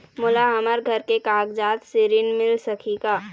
मोला हमर घर के कागजात से ऋण मिल सकही का?